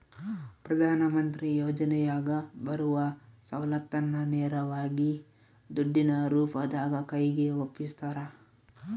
ಪ್ರಧಾನ ಮಂತ್ರಿ ಯೋಜನೆಯಾಗ ಬರುವ ಸೌಲತ್ತನ್ನ ನೇರವಾಗಿ ದುಡ್ಡಿನ ರೂಪದಾಗ ಕೈಗೆ ಒಪ್ಪಿಸ್ತಾರ?